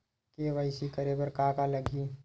KYC करे बर का का लगही?